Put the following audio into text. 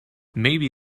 maybe